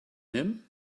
him